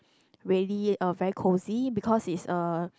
really uh very cosy because it's a